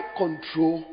control